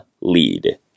lead